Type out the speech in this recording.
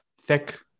thick